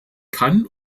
kann